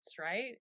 right